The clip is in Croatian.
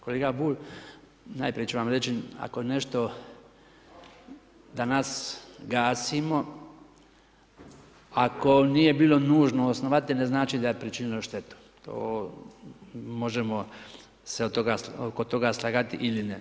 Kolega Bulj, najprije ću vam reći ako nešto danas gasimo, ako nije bilo nužno osnovati ne znači daje pričinilo štetu, možemo se oko toga slagati ili ne.